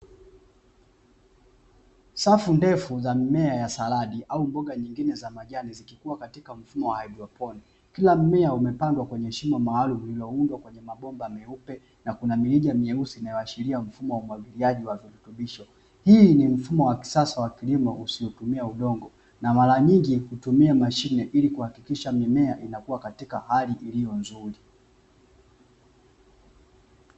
Safu ndefu za mimea ya saladi au mboga nyingine za majani zilikuwa katika mfumo wa kila mmea wamepandwa kwenye shimo maalumu, lililoundwa kwenye mabomba meupe na kuna mirija nyeusi, inayoashiria mfumo wa umwagiliaji watumishi hii ni mtumwa wa kisasa wa kilimo usiwe tumia udongo na mara nyingi hutumia mashine ili kuhakikisha mimea inakuwa katika hali iliyo nzuri.